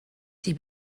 die